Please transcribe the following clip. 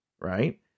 right